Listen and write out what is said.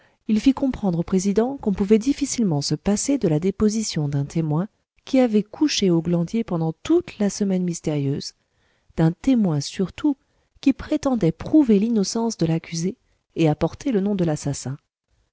il fit comprendre au président qu'on pouvait difficilement se passer de la déposition d'un témoin qui avait couché au glandier pendant toute la semaine mystérieuse d'un témoin surtout qui prétendait prouver l'innocence de l'accusé et apporter le nom de l'assassin